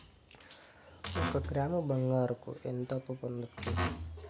ఒక గ్రాము బంగారంకు ఎంత అప్పు పొందొచ్చు